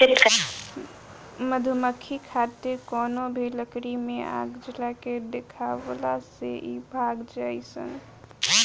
मधुमक्खी खातिर कवनो भी लकड़ी में आग जला के देखावला से इ भाग जालीसन